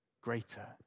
greater